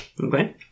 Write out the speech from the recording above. Okay